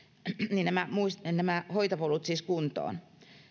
nämä hoitopolut siis kuntoon